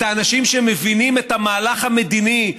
האנשים שמבינים את המהלך המדיני,